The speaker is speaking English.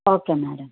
okay madam